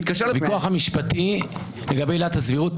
התקשר למפקד מחוז מרכז לשאול אותו.